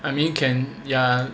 I mean can yeah